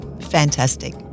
Fantastic